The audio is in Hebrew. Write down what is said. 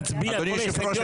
אדוני היושב ראש,